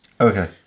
Okay